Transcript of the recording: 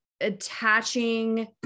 attaching